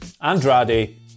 Andrade